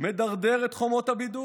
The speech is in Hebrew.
"מדרדר את חומות הבידוד,